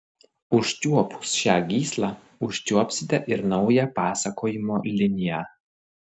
užčiuopus šią gyslą užčiuopsite ir naują pasakojimo liniją